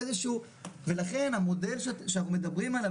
לכן המודל שאנחנו מדברים עליו,